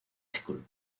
school